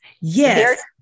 Yes